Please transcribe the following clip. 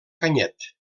canyet